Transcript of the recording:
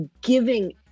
giving